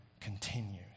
continues